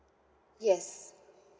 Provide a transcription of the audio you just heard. yes